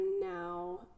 now